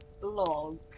blog